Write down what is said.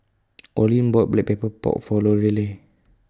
Olin bought Black Pepper Pork For Lorelei